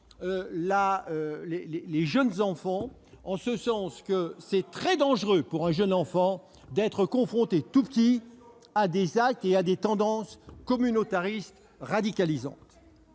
les jeunes enfants, car il est très dangereux pour un jeune enfant d'être confronté tout petit à des actes et à tendances communautaristes radicalisantes.